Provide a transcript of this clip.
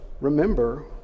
remember